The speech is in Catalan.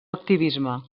activisme